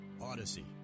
Odyssey